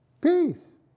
peace